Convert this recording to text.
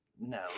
no